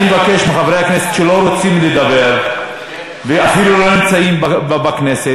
אני מבקש מחברי הכנסת שלא רוצים לדבר ואפילו לא נמצאים בכנסת,